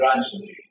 gradually